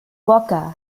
walker